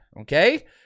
okay